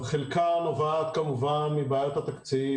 חלקה נובע כמובן מבעיית התקציב,